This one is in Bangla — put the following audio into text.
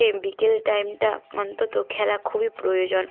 এ বিকেলটা টাইমটা অন্তত খেলা খুবই প্রয়োজন